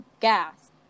gas